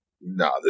no